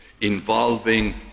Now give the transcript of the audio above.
involving